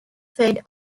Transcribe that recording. fed